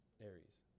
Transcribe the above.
Aries